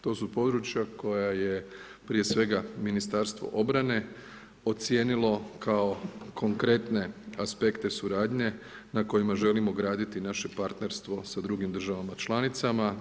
To su područja koja je prije svega Ministarstvo obrane ocijenilo kao konkretne aspekte suradnje na kojima želimo graditi naše partnerstvo sa drugim državama članicama.